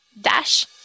dash